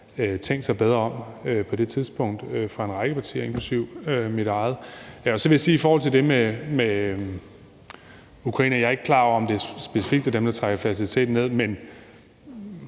tænkt sig bedre om på det tidspunkt fra en række partiers side, inklusive mit eget. Så vil jeg i forhold til det med Ukraine sige, at jeg ikke er klar over, om det specifikt er dem, der trækker fertiliteten ned, men